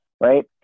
right